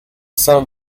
some